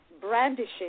brandishing